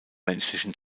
menschlichen